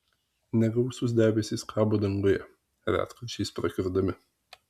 negausūs debesys kabo danguje retkarčiais prakiurdami